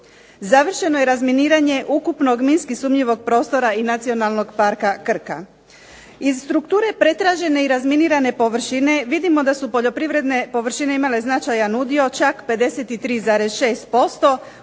Završeno je razminiranje ukupnog minski sumnjivog prostora i nacionalnog parka Krka. Iz strukture pretražene i razminirane površine vidimo da su poljoprivredne površine imale značajna udio, čak 53,6%